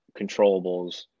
controllables